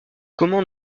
comment